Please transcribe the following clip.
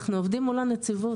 אנחנו עובדים מול הנציבות,